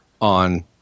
on